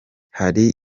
hari